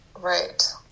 Right